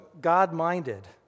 God-minded